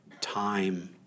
time